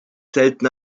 selten